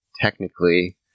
technically